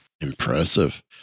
Impressive